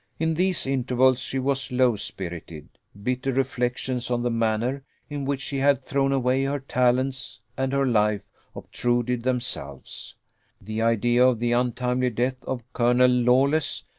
in these intervals she was low-spirited bitter reflections on the manner in which she had thrown away her talents and her life obtruded themselves the idea of the untimely death of colonel lawless,